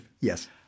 Yes